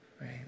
right